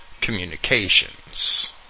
communications